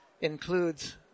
includes